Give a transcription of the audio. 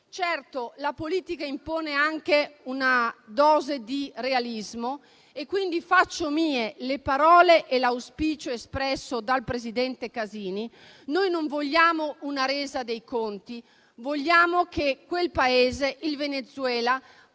Certo, la politica impone anche una dose di realismo e quindi faccio mie le parole e l'auspicio espresso dal presidente Casini: noi non vogliamo una resa dei conti, vogliamo che il Venezuela